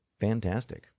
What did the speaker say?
Fantastic